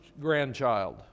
grandchild